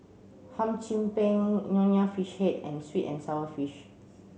hum Chim Peng Nonya fish head and sweet and sour fish